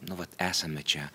nu vat esame čia